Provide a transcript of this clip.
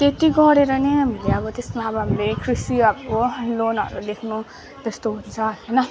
त्यति गरेर नै हामीले अब त्यसमा अब हामीले कृषिहरूको लोनहरू लेख्नु त्यस्तो हुन्छ होइन